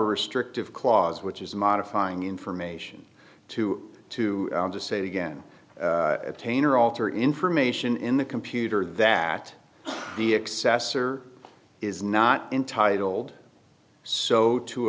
restrictive clause which is modifying information to to just say again attain or alter information in the computer that the excess or is not entitled so to